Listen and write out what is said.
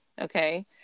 okay